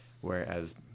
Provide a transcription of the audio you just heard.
whereas